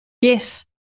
Yes